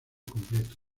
completo